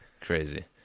Crazy